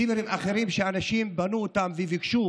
צימרים אחרים, שאנשים בנו אותם וביקשו